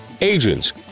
agents